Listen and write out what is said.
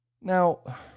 Now